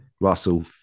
Russell